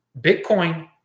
Bitcoin